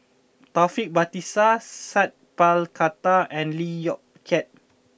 Taufik Batisah Sat Pal Khattar and Lee Yong Kiat